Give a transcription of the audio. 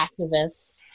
activists